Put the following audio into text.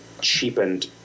cheapened